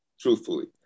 truthfully